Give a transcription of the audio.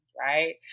right